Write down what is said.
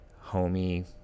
homey